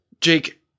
Jake